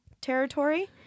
territory